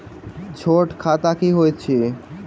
छोट खाता की होइत अछि